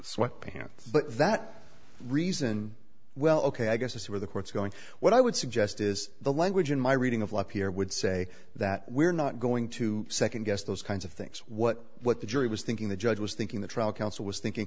sweatpants but that reason well ok i guess where the court's going what i would suggest is the language in my reading of live here would say that we're not going to second guess those kinds of things what what the jury was thinking the judge was thinking the trial counsel was thinking